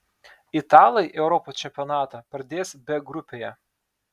italai europos čempionatą pradės b grupėje